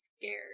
scared